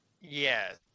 Yes